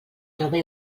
trobe